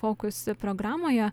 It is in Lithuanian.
fokus programoje